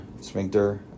sphincter